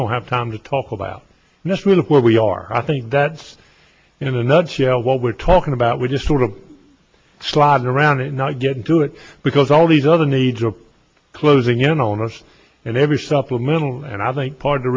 don't have time to talk about this middle where we are i think that's in a nutshell what we're talking about we're just sort of sliding around it not getting to it because all these other needs are closing in on us in every supplemental and i think part of the